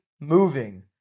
moving